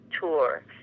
tour